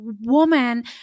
woman